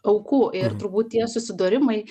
aukų ir turbūt tie susidūrimai